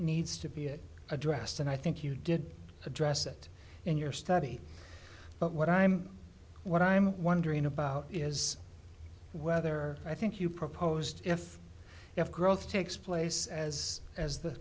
needs to be addressed and i think you did address that in your study but what i'm what i'm wondering about is whether i think you proposed if you have growth takes place as as the